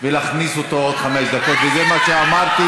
ולהכניס אותו בעוד חמש דקות, וזה מה שאמרתי.